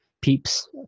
peeps